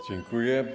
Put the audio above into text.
Dziękuję.